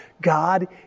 God